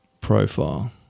profile